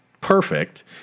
perfect